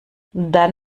dann